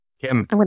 Kim